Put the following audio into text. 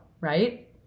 Right